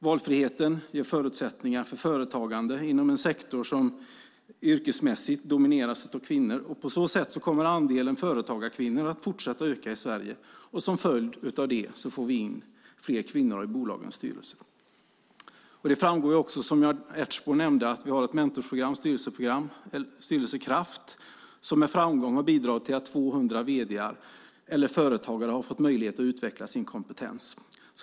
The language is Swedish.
Valfriheten ger förutsättningar för företagande inom en sektor som yrkesmässigt domineras av kvinnor. På så sätt kommer andelen företagarkvinnor att fortsätta att öka i Sverige, och som följd av det får vi in fler kvinnor i bolagens styrelser. Det framgår också, som Jan Ertsborn nämnde, att vi har ett mentorsprogram - ett styrelseprogram som heter Styrelsekraft. Det har med framgång bidragit till att 200 vd:ar eller företagare har fått möjlighet att utveckla sin kompetens.